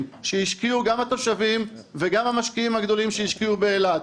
שהשקיעו גם התושבים וגם המשקיעים הגדולים באילת.